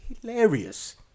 hilarious